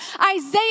Isaiah